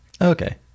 Okay